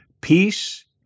peace